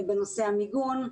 בנושא המיגון,